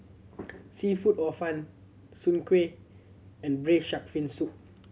seafood or fun Soon Kueh and Braised Shark Fin Soup